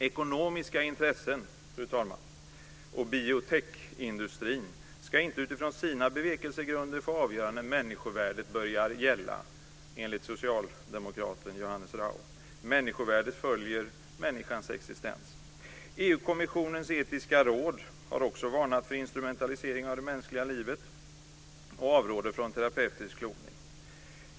Ekonomiska intressen och bioteknikindustrin ska inte utifrån sina bevekelsegrunder få avgöra när människovärdet börjar gälla, enligt socialdemokraten Johannes Rau. Människovärdet följer människans existens. EU-kommissionens etiska råd har också varnat för instrumentalisering av det mänskliga livet och avråder från terapeutisk kloning.